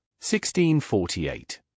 1648